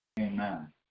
Amen